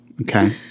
Okay